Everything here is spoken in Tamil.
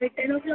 டெ டென் ஓ கிளாக்